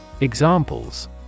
Examples